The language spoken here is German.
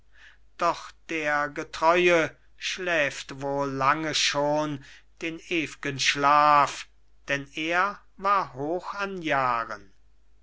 doch der getreue schläft wohl lange schon den ew'gen schlaf denn er war hoch an jahren